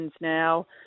now